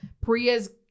Priya's